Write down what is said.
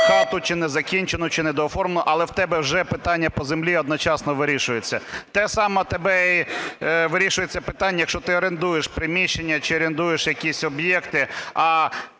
хату чи незакінчену, чи недооформлену, але у тебе вже питання по землі одночасно вирішується. Те саме, в тебе вирішується питання, якщо ти орендуєш приміщення чи орендуєш якісь об'єкти,